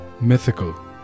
mythical